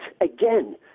again